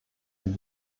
sie